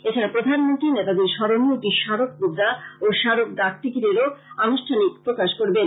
এছাড়া প্রধানমন্ত্রী নেতাজীর স্মরণে একটি স্মারক মুদ্রা ও স্মারক ডাকটিকিটেরও আনুষ্ঠানিক প্রকাশ করবেন